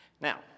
Now